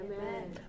Amen